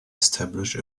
establish